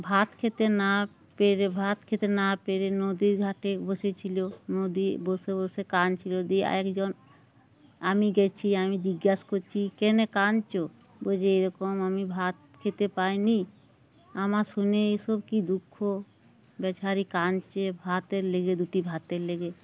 ভাত খেতে না পেরে ভাত খেতে না পেরে নদীর ঘাটে বসেছিলো নদী বসে বসে কাঁদছিল দিয়ে একজন আমি গেছি আমি জিজ্ঞাস করছি কেন কাঁদছো বোঝে এরকম আমি ভাত খেতে পাইনি আমার শুনে এইসব কি দুঃখ বেচারি কাদছে ভাতের লেগে দুটি ভাতের লেগে